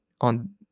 on